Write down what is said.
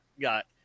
got